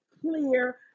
clear